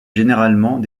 généralement